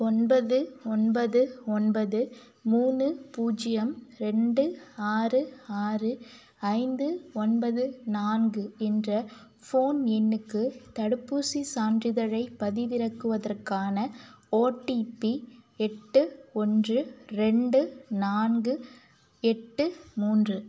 ஒன்பது ஒன்பது ஒன்பது மூணு பூஜ்யம் ரெண்டு ஆறு ஆறு ஐந்து ஒன்பது நான்கு என்ற ஃபோன் எண்ணுக்கு தடுப்பூசிச் சான்றிதழைப் பதிவிறக்குவதற்கான ஓடிபி எட்டு ஓன்று ரெண்டு நான்கு எட்டு மூன்று